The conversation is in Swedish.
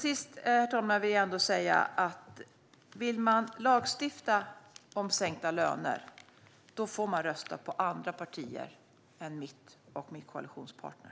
Sist vill jag ändå säga: Vill man lagstifta om sänkta löner får man rösta på andra partier än mitt och vår koalitionspartner.